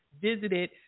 visited